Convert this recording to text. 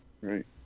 Right